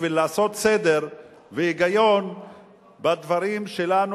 בשביל לעשות סדר והיגיון בדברים שלנו,